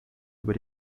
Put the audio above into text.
über